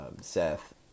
Seth